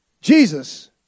Jesus